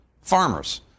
farmers